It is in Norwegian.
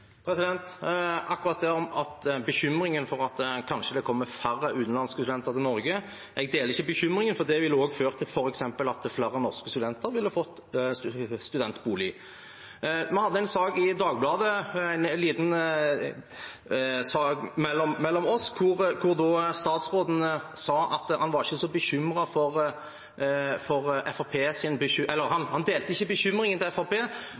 det. Til akkurat den bekymringen for at det kanskje kommer færre utenlandske studenter til Norge: Jeg deler ikke bekymringen, for det ville også f.eks. ha ført til at flere norske studenter ville ha fått studentbolig. Vi hadde en liten sak i Dagbladet oss imellom, hvor statsråden sa at han ikke delte bekymringen til Fremskrittspartiet om at alle studentboligene som skal bygges de neste årene, vil gå til utenlandske studenter, for